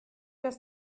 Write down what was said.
das